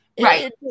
Right